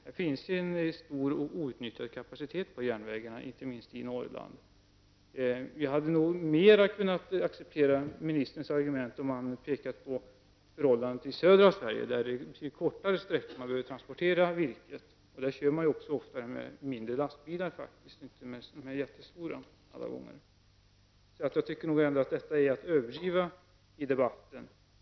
Det finns en stor och outnyttjad kapacitet i järnvägarna, inte minst i Norrland. Jag hade nog mer kunnat acceptera ministerns argument, om han pekat på förhållandena i södra Sverige där man behöver transportera virket kortare sträckor. Där kör man oftast med mindre lastbilar och inte med de mycket, stora fordonen. Detta är nog en överdrift i debatten.